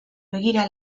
begira